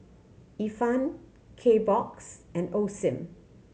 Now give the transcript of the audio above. Ifan Kbox and Osim